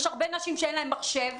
יש הרבה נשים שאין להן מחשב,